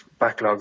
backlogs